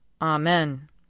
Amen